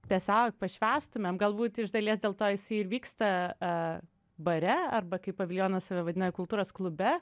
tiesiog pašvęstumėm galbūt iš dalies dėl to jisai ir vyksta bare arba kaip paviljonas save vadina kultūros klube